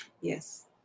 Yes